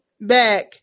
back